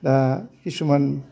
दा किसुमान